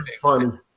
Funny